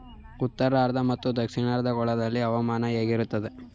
ಉತ್ತರಾರ್ಧ ಮತ್ತು ದಕ್ಷಿಣಾರ್ಧ ಗೋಳದಲ್ಲಿ ಹವಾಮಾನ ಹೇಗಿರುತ್ತದೆ?